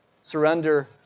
Surrender